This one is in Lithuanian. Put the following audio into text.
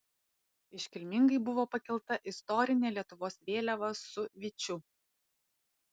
iškilmingai buvo pakelta istorinė lietuvos vėliava su vyčiu